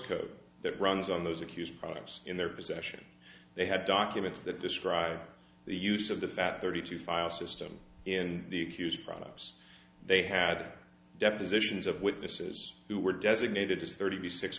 code that runs on those accused products in their possession they had documents that describe the use of the fat thirty two file system and the accused products they had depositions of witnesses who were designated as thirty six